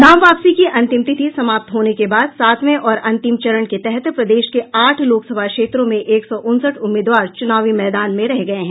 नाम वापसी की अंतिम तिथि समाप्त होने के बाद सातवें और अंतिम चरण के तहत प्रदेश के आठ लोकसभा क्षेत्रों में एक सौ उनसठ उम्मीदवार चुनावी मैदान में रह गये हैं